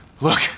Look